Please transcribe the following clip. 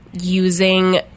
using